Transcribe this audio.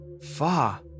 far